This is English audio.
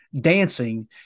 dancing